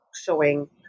showing